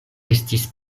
estis